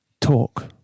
talk